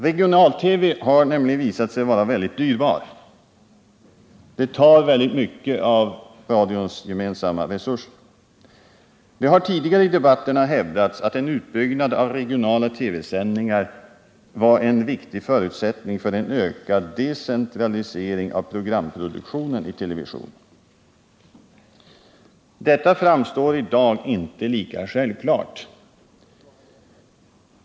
Regional-TV har nämligen visat sig vara väldigt dyrbar — den tar mycket av radions gemensamma resurser. Det har tidigare i debatterna hävdats att en utbyggnad av regionala TV-sändningar var en viktig förutsättning för en ökad decentralisering av programproduktionen i televisionen. Detta framstår i dag inte som lika självklart.